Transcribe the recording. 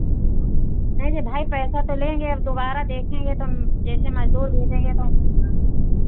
नहीं नहीं भाई पैसा तो लेंगे अब दुबारा देखेंगे तो हम जैसे मज़दूर भेजेंगे तो हम